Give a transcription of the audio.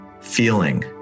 feeling